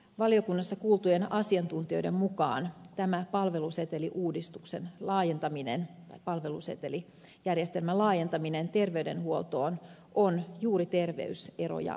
valiokunnassa kuultujen asiantuntijoiden mukaan tämä palvelusetelijärjestelmän laajentaminen terveydenhuoltoon on juuri terveyseroja vahvistava